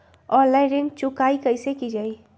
Online ऋण चुकाई कईसे की ञाई?